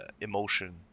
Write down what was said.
Emotion